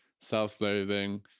self-loathing